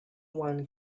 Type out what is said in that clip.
one